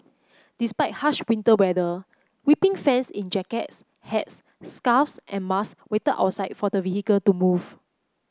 despite harsh winter weather weeping fans in jackets hats scarves and masks waited outside for the vehicle to leave